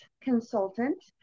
consultant